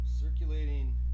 circulating